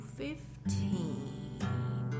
fifteen